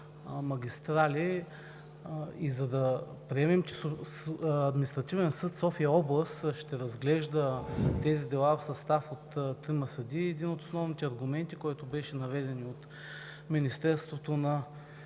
магистрали, и за да приемем, че Административен съд – София област, ще разглежда тези дела в състав от трима съдии, един от основните аргументи, който беше наведен и от представителите на